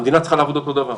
המדינה צריכה לעבוד אותו דבר.